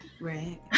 Right